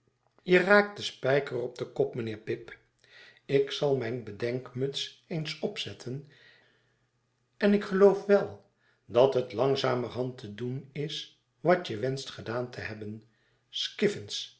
je raakt den spijker op den kop mijnheer pip ik zal wij slijten een genoeglijken avond in bet kasteel mijne bedenkmuts eens opzetten en ik geloof wel dat het langzamerhand te doen is watje wenscht gedaan te hebben